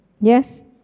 Yes